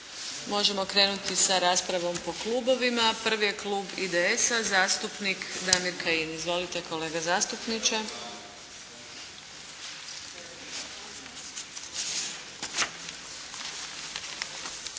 Možemo krenuti sa raspravom po klubovima. Prvi je klub IDS-a zastupnik Damir Kajin. Izvolite kolega zastupniče.